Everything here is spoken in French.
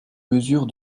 mesure